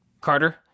Carter